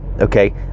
Okay